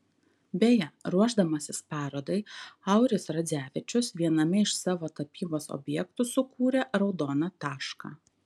beje ruošdamasis parodai auris radzevičius viename iš savo tapybos objektų sukūrė raudoną tašką